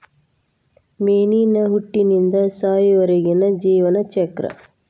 ಮೇನಿನ ಹುಟ್ಟಿನಿಂದ ಸಾಯುವರೆಗಿನ ಜೇವನ ಚಕ್ರ